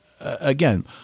again